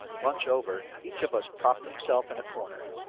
lunch over, each of us propped himself in a corner.